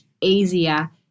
easier